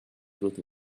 growth